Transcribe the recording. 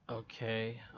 Okay